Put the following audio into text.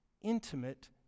intimate